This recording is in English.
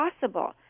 possible